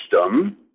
system